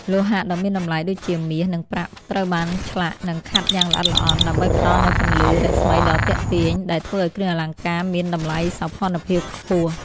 លោហៈដ៏មានតម្លៃដូចជា មាស និងប្រាក់ ត្រូវបានឆ្លាក់ និងខាត់យ៉ាងល្អិតល្អន់ ដើម្បីផ្តល់នូវពន្លឺរស្មីដ៏ទាក់ទាញ ដែលធ្វើឱ្យគ្រឿងអលង្ការមានតម្លៃសោភ័ណភាពខ្ពស់។